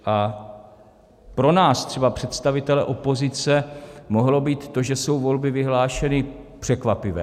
A pro nás třeba, představitele opozice, mohlo být to, že jsou volby vyhlášeny, překvapivé.